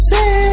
Say